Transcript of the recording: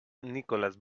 nicholas